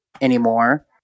anymore